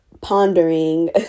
pondering